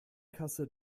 kasse